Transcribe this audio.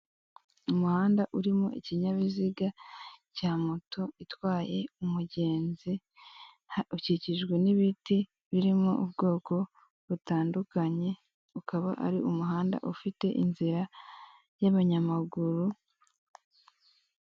Umuhanda urimo ikinyabiziga cya moto itwaye umugenzi, ukikijwe n'ibiti birimo ubwoko butandukanye, ukaba ari umuhanda ufite inzira y'abanyamaguru.